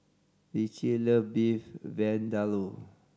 Ritchie loves Beef Vindaloo